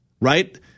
right